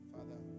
Father